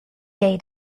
day